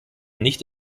nicht